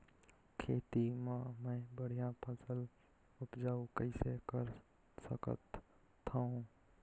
खेती म मै बढ़िया फसल उपजाऊ कइसे कर सकत थव?